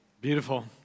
Beautiful